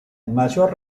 mayor